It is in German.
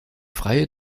freie